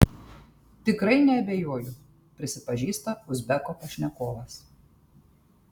tikrai neabejoju prisipažįsta uzbeko pašnekovas